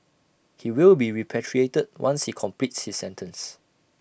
he will be repatriated once he completes his sentence